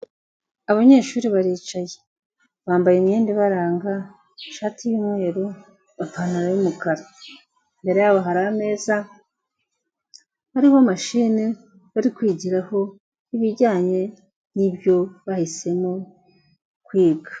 Abanyeshuri baricaye, bambaye imyenda ibaranga, ishati y'umweru, ipantaro y'umukara. Imbere yabo hari ameza ariho mashine bari kwigiraho ibijyanye n'ibyo bahisemo kwiga.